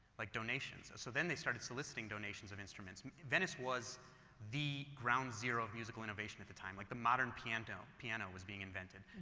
like donations. so then they started soliciting donations of instruments. venice was the ground zero of musical innovation at the time, like, the modern piano piano was being invented,